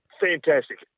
fantastic